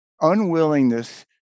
unwillingness